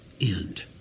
end